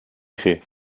chi